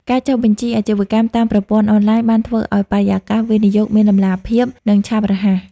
ការចុះបញ្ជីអាជីវកម្មតាមប្រព័ន្ធអនឡាញ បានធ្វើឱ្យបរិយាកាសវិនិយោគមានតម្លាភាព និងឆាប់រហ័ស។